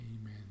Amen